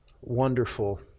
wonderful